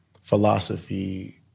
philosophy